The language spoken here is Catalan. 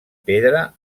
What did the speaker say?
pedra